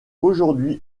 aujourd’hui